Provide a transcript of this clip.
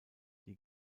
die